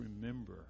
remember